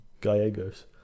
gallegos